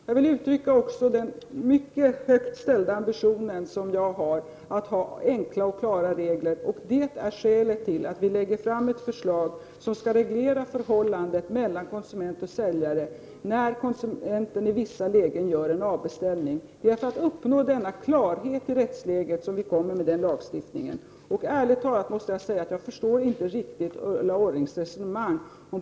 Herr talman! Jag har också mycket stora ambitioner när det gäller att åstadkomma enkla och klara regler. Det är skälet till att vi lägger fram ett förslag som skall reglera förhållandet mellan konsument och säljare när konsumenten i vissa lägen gör en avbeställning. Det är för att uppnå en sådan klarhet i rättsläget som vi lägger fram förslag om den lagstiftningen. Ärligt talat förstår jag inte riktigt Ulla Orrings resonemang.